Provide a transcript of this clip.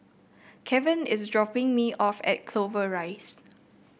Keven is dropping me off at Clover Rise